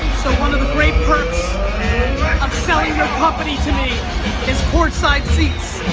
so one of the great perks of selling your company to me is court side seats.